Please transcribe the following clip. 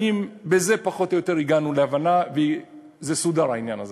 בזה פחות או יותר הגענו להבנה וסודר העניין הזה,